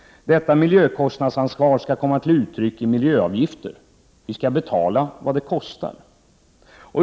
Detta miljökostnadsansvar skall komma till uttryck i miljöavgifter. Vi skall betala vad det kostar.